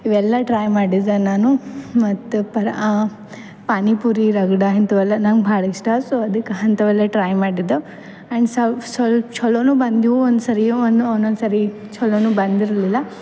ಇವೆಲ್ಲ ಟ್ರೈ ಮಾಡಿದೆ ನಾನು ಮತ್ತೆ ಪರಾ ಪಾನಿ ಪೂರಿ ರಗಡ ಇಂಥವೆಲ್ಲ ನಂಗೆ ಭಾಳ್ ಇಷ್ಟ ಸೊ ಅದಕ್ಕೆ ಅಂಥವೆಲ್ಲ ಟ್ರೈ ಮಾಡಿದ ಆ್ಯಂಡ್ ಸೊಲ್ಪ ಚಲೊನು ಬಂದಿವು ಒಂದ್ಸಾರಿ ಒನ್ ಒನ್ ಒನ್ನೊಂದು ಸರಿ ಚಲೊನು ಬಂದಿರಲಿಲ್ಲ